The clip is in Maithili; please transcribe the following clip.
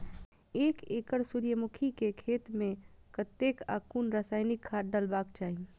एक एकड़ सूर्यमुखी केय खेत मेय कतेक आ कुन रासायनिक खाद डलबाक चाहि?